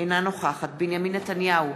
אינה נוכחת בנימין נתניהו,